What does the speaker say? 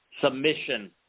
Submission